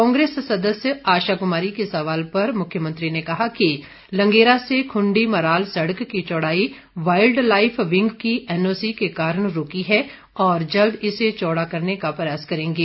कांग्रेस सदस्य आशा कुमारी के सवाल पर मुख्यमंत्री ने कहा कि लंगेरा से खुंडी मराल सड़क की चौड़ाई वाइल्ड लाइफ विंग की एनओसी के कारण रूकी है और जल्द इसे चौड़ा करने का प्रयास करेंगे